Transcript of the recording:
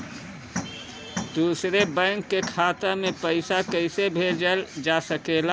दूसरे बैंक के खाता में पइसा कइसे भेजल जा सके ला?